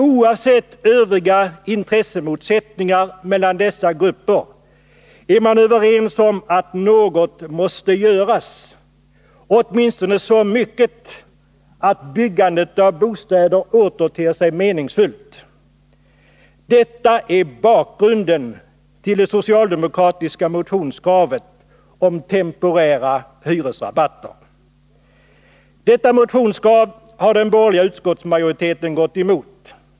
Oavsett övriga intressemotsättningar mellan dessa grupper är man överens om att något måste göras — åtminstone så mycket att byggandet av bostäder åter ter sig meningsfullt. Detta är bakgrunden till det socialdemokratiska motionskravet på temporära hyresrabatter. Detta motionskrav har den borgerliga utskottsmajoriteten gått emot.